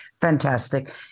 Fantastic